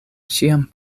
ĉiam